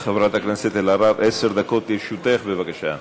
חברת הכנסת אלהרר, עשר דקות לרשותך, בבקשה.